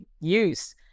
use